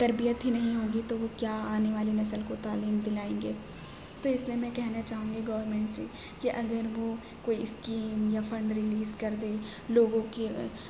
تربیت ہی نہیں ہوگی تو وہ کیا آنے والی نسل کو تعلیم دلائیں گے تو اس لئے میں کہنا چاہوں گی گورنمنٹ سے کہ اگر وہ کوئی اسکیم یا فنڈ ریلیز کر دے لوگوں کی